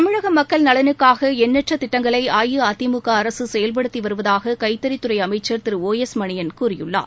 தமிழக மக்கள் நலனுக்காக எண்ணற்ற திட்டங்களை அஇஅதிமுக அரசு செயல்படுத்தி வருவதாக கைத்தறித் துறை அமைச்சர் திரு ஓ எஸ் மணியன் கூறியுள்ளார்